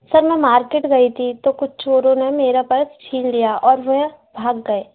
sir मैं market गई थी तो कुछ चोरों ने मेरा पर्स छीन लिया और वे भाग गए